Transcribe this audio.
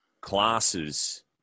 classes